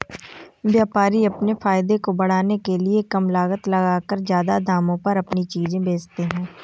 व्यापारी अपने फायदे को बढ़ाने के लिए कम लागत लगाकर ज्यादा दामों पर अपनी चीजें बेचते है